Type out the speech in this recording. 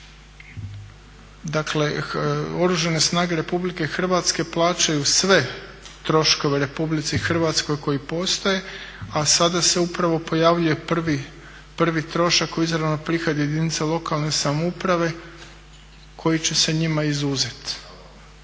Dakle Oružane snage Republike Hrvatske plaćaju sve troškove Republici Hrvatskoj koji postoje, a sada se upravo pojavljuje prvi trošak kao izravan prihod jedinica lokalne samouprave koji će se njima izuzet.